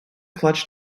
clutch